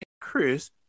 Chris